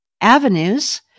avenues